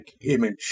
image